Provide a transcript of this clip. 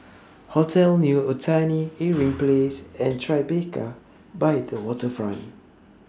Hotel New Otani Irving Place and Tribeca By The Waterfront